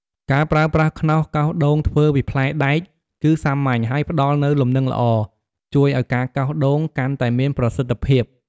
ការប្រើប្រាស់ខ្នោសកោសដូងធ្វើពីផ្លែដែក គឺសាមញ្ញ ហើយផ្តល់នូវលំនឹងល្អ ជួយឱ្យការកោសដូងកាន់តែមានប្រសិទ្ធភាព។